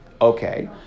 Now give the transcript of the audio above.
Okay